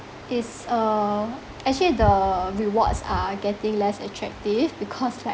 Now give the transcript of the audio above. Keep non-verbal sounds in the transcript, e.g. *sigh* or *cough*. is uh actually the rewards are getting less attractive because *laughs* like